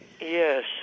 Yes